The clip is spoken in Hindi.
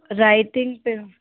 राइटिंग पर